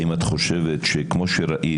האם את חושבת שכמו שראית,